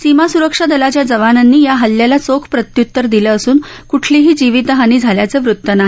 सीमा सुरक्षा दलाच्या जवानांनी या हल्ल्याला चोख प्रत्युतर दिलं असून क्ठलीही जीवीतहानी झाल्याचं वृत नाही